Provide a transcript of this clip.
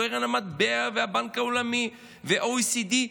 קרן המטבע והבנק העולמי וה-OECD,